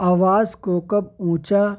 آواز کو کب اونچا